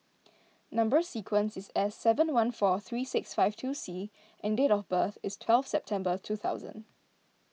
Number Sequence is S seven one four three six five two C and date of birth is twelve September two thousand